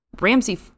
Ramsey